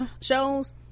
shows